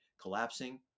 collapsing